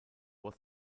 was